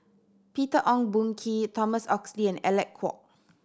Peter Ong Boon Kwee Thomas Oxley and Alec Kuok